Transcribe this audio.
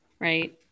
right